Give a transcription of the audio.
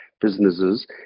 businesses